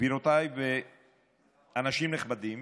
גבירותיי ואנשים נכבדים,